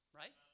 right